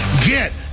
Get